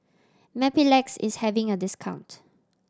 Mepilex is having a discount